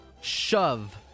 shove